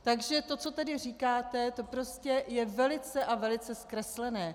Takže to, co tedy říkáte, to prostě je velice a velice zkreslené.